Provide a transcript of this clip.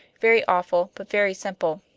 very awful, but very simple.